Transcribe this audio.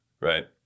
right